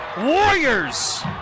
Warriors